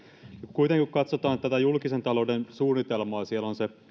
kuitenkin kun katsotaan tätä julkisen talouden suunnitelmaa missä on se